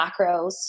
macros